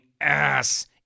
ass